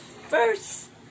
first